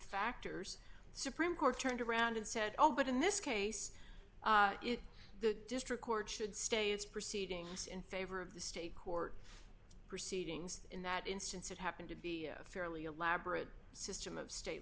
factors supreme court turned around and said oh but in this case the district court should stay its proceedings in favor of the state court proceedings in that instance it happened to be a fairly elaborate system of state